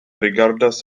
rigardas